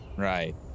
Right